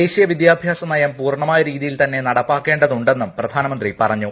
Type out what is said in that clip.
ദേശീയ വിദ്യാഭ്യാസ നയം പൂർണമായ രീതിയിൽ തന്നെ നടപ്പാക്കേണ്ട തുണ്ടെന്നും പ്രധാനമന്ത്രി പറഞ്ഞു